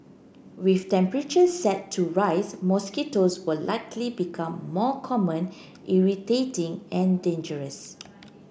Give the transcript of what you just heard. with temperatures set to rise mosquitoes will likely become more common irritating and dangerous